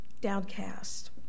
downcast